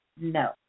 No